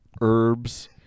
herbs